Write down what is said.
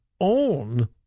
own